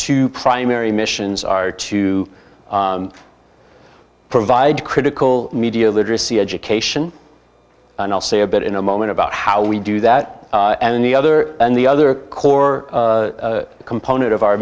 two primary missions are to provide critical media literacy education and i'll say a bit in a moment about how we do that and the other and the other core component of our